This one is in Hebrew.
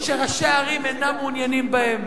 שראשי ערים אינם מעוניינים בהם.